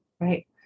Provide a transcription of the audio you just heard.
Right